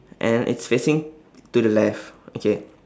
and it's facing to the left okay